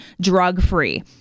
drug-free